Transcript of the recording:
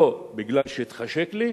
לא מפני שהתחשק לי,